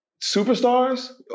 Superstars